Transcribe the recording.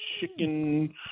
chicken